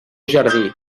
jardí